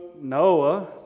Noah